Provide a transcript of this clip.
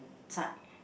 tight